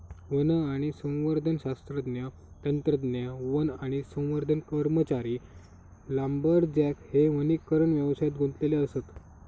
one आणि संवर्धन शास्त्रज्ञ, तंत्रज्ञ, वन आणि संवर्धन कर्मचारी, लांबरजॅक हे वनीकरण व्यवसायात गुंतलेले असत